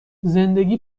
زندگی